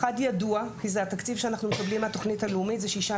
אחד ידוע כי זה התקציב שאנחנו מקבלים מהתוכנית הלאומית,